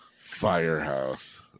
Firehouse